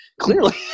clearly